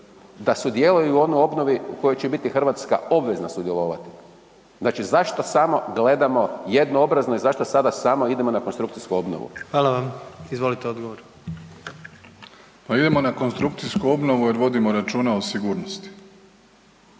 da sudjeluje u onoj obnovi u kojoj će biti Hrvatska obvezna sudjelovati. Znači zašto samo gledamo jednoobrazno i zašto sada samo idemo na konstrukcijsku obnovu? **Jandroković, Gordan (HDZ)** Izvolite odgovor. **Plenković, Andrej (HDZ)** Idemo na konstrukcijsku obnovu jer vodimo računa o sigurnosti.